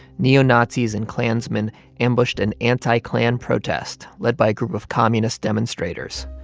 neo-nazis and klansmen ambushed an anti-klan protest led by a group of communist demonstrators.